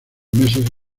meses